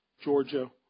Georgia